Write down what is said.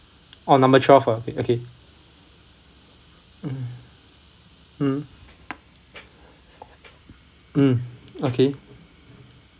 oh number twelve ah okay mm mm hmm okay